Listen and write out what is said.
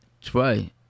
try